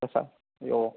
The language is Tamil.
okay sir O